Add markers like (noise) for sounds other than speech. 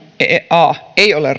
a ei ole (unintelligible)